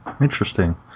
interesting